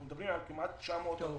אנחנו מדברים על כמעט 900 עובדים